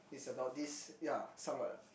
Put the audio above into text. it's about this ya some what lah